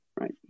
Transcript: right